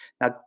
Now